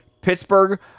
Pittsburgh